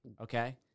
Okay